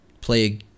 play